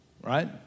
right